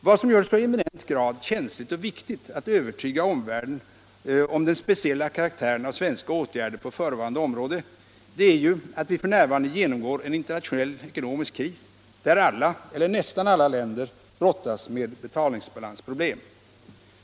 Vad som gör det i så eminent grad känsligt och viktigt att övertyga omvärlden om den speciella karaktären av svenska åtgärder på förevarande områden är ju att vi f. n. genomgår en internationell ekonomisk kris där alla, eller nästan alla, länder brottas med betalningsbalansproblem.